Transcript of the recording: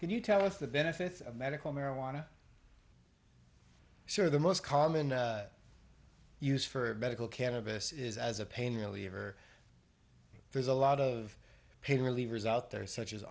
can you tell us the benefits of medical marijuana sure the most common use for medical cannabis is as a pain reliever there's a lot of pain relievers out there such as